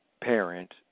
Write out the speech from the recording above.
parent